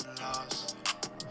lost